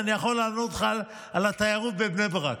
אני יכול לענות לך על התיירות בבני ברק.